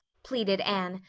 pleaded anne.